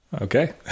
Okay